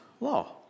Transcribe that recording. law